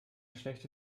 schlechte